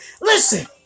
Listen